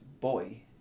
boy